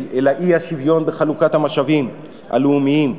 אלא האי-שוויון בחלוקת המשאבים הלאומיים.